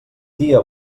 dia